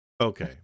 Okay